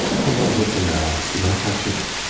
hold onto it for now, do not touch it.